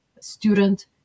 student